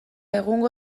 egungo